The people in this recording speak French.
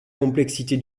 complexité